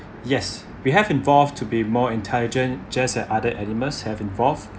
yes we have involved to be more intelligent just as other animals have involved